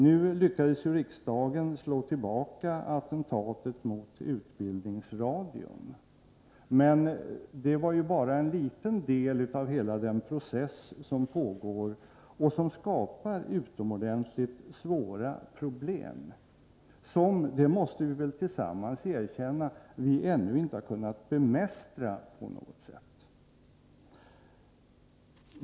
Nu lyckades ju riksdagen slå tillbaka attentatet mot utbildningsradion, men här rörde det sig ju bara om en liten del av den process som pågår och som skapar utomordentligt svåra problem, vilka vi inte ännu — det måste vi väl alla erkänna — har kunnat bemästra.